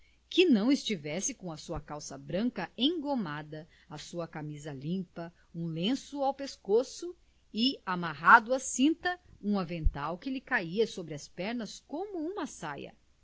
que não estivesse com a sua calça branca engomada a sua camisa limpa um lenço ao pescoço e amarrado à cinta um avental que lhe caia sobre as pernas como uma saia